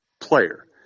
player